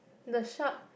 the shark